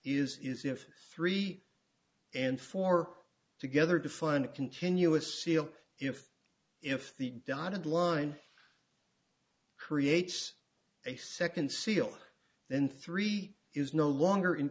is if three and four together to find a continuous seal if if the dotted line creates a second seal then three is no longer in